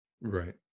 Right